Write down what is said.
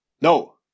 No